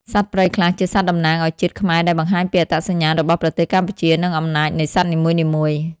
សត្វព្រៃខ្លះជាសត្វតំណាងឲ្យជាតិខ្មែរដែលបង្ហាញពីអត្តសញ្ញាណរបស់ប្រទេសកម្ពុជានិងអំណាចនៃសត្វនីមួយៗ។